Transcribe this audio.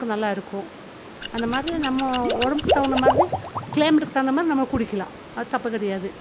உடம்புக்கும் நல்லாயிருக்கும் அந்த மாதிரி நம்ம உடம்புக்கு தகுந்த மாதிரி கிளைமேட்டுக்கு தகுந்த மாரி நம்ம குடிக்கலாம் அது தப்பு கிடையாது